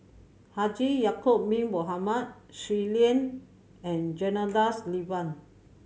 Haji Ya'acob Bin Mohamed Shui Lan and Janadas Devan